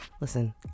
Listen